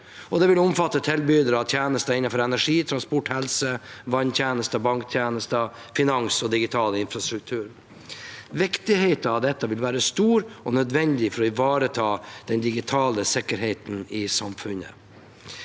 Det vil omfatte tilbydere av tjenester innenfor energi, transport, helse, vanntjenester, banktjenester, finans og digital infrastruktur. Viktigheten av dette vil være stor og nødvendig for å ivareta den digitale sikkerheten i samfunnet.